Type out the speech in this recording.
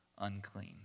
unclean